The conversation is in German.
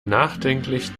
nachdenklich